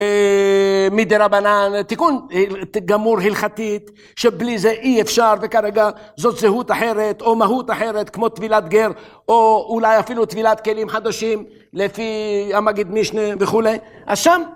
מדרבנן, תיקון גמור הלכתית, שבלי זה אי אפשר, וכרגע זאת זהות אחרת או מהות אחרת כמו טבילת גר, או אולי אפילו טבילת כלים חדשים לפי המגיד מישנה וכולי, אז שם...